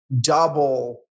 double